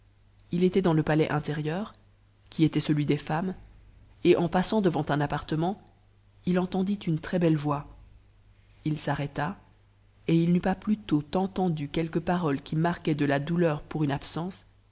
persienne était dans le palais intérieur qui était celui des femmes et en passant devant un appartement il entendit une très-belle voix il s'arrêta et il n'eut pas plus tôt entendu quelques paroles qui marquaient de la doutem pour une absence